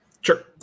Sure